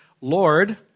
Lord